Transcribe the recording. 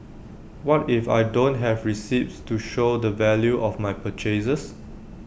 what if I don't have receipts to show the value of my purchases